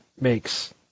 makes